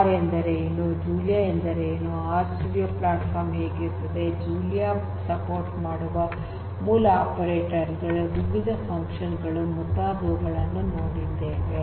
R ಎಂದರೆ ಏನು Julia ಎಂದರೆ ಏನು ಆರ್ ಸ್ಟುಡಿಯೋ ಪ್ಲಾಟ್ಫಾರ್ಮ್ ಹೇಗಿರುತ್ತದೆ ಜೂಲಿಯಾ ಬೆಂಬಲ ಮಾಡುವ ಮೂಲ ಆಪರೇಟರ್ ಗಳು ವಿವಿಧ ಫನ್ಕ್ಷನ್ ಗಳು ಮುಂತಾದವುಗಳನ್ನು ನೋಡಿದ್ದೇವೆ